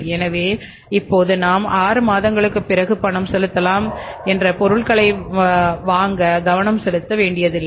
எனவே இப்போது நாம் 6 மாதங்களுக்குப் பிறகு பணம் செலுத்தலாம் என்ற பொருட்களை வாங்க கவனம் செலுத்த வேண்டியதில்லை